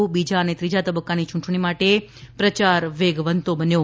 બીજા અને ત્રીજા તબક્કાની યૂંટણી માટે પ્રચાર વેગવંતો બન્યો